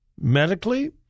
medically